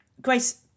Grace